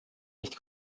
nicht